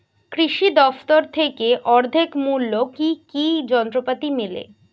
কৃষি দফতর থেকে অর্ধেক মূল্য কি কি যন্ত্রপাতি মেলে?